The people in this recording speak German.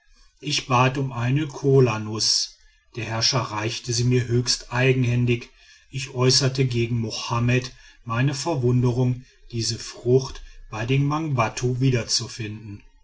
ich bat um eine kolanuß der herrscher reichte sie mir höchst eigenhändig ich äußerte gegen mohammed meine verwunderung diese frucht bei den mangbattu wiederzufinden